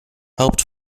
helped